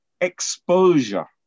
exposure